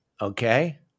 Okay